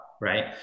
right